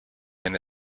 than